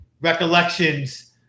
recollections